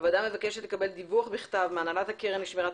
הוועדה מבקשת לקבל דיווח בכתב מהנהלת הקרן לשמירת